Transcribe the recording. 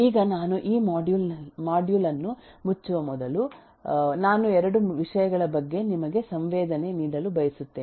ಈಗ ನಾನು ಈ ಮಾಡ್ಯೂಲ್ ಅನ್ನು ಮುಚ್ಚುವ ಮೊದಲು ನಾನು 2 ವಿಷಯಗಳ ಬಗ್ಗೆ ನಿಮಗೆ ಸಂವೇದನೆ ನೀಡಲು ಬಯಸುತ್ತೇನೆ